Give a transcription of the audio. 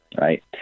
Right